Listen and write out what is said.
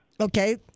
Okay